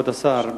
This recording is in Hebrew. כבוד השר,